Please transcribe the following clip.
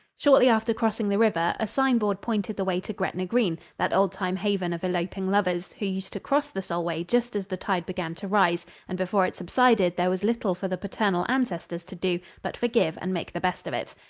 shortly after crossing the river, a sign-board pointed the way to gretna green, that old-time haven of eloping lovers, who used to cross the solway just as the tide began to rise, and before it subsided there was little for the paternal ancestors to do but forgive and make the best of it.